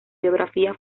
biografía